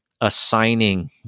Assigning